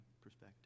perspective